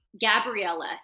Gabriella